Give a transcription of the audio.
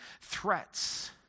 threats